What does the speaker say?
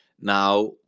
Now